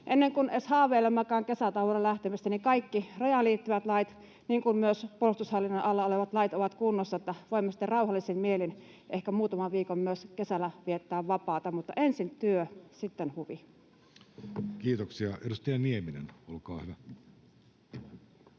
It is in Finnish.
ennen kuin edes haaveilemmekaan kesätauolle lähtemisestä, niin kaikki rajaan liittyvät lait niin kuin myös puolustushallinnon alla olevat lait ovat kunnossa, että voimme sitten rauhallisin mielin ehkä muutaman viikon myös kesällä viettää vapaata. Mutta ensin työ, sitten huvi. [Speech 9] Speaker: Jussi Halla-aho